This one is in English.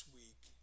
week